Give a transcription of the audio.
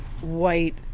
white